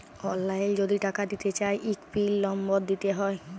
অললাইল যদি টাকা দিতে চায় ইক পিল লম্বর দিতে হ্যয়